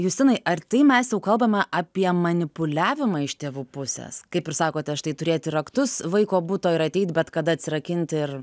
justinai ar tai mes jau kalbame apie manipuliavimą iš tėvų pusės kaip ir sakote štai turėti raktus vaiko buto ir ateit bet kada atsirakinti ir